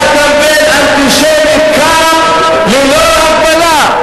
היה קמפיין אנטישמי קם ללא הגבלה.